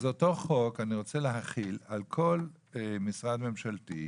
אז אותו חוק אני רוצה להחיל על כל משרד ממשלתי,